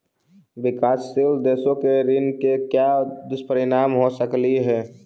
विकासशील देशों के ऋण के क्या दुष्परिणाम हो सकलई हे